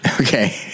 Okay